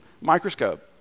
microscope